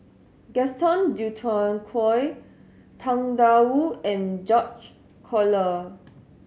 Gaston Dutronquoy Tang Da Wu and George Collyer